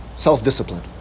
self-discipline